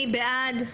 מי בעד?